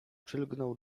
przylgnął